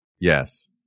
Yes